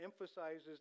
emphasizes